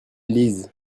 lisent